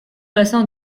bassin